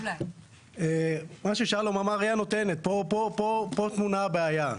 מה ששלום אמר, פה טמונה הבעיה.